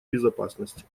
безопасности